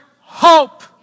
hope